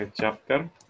chapter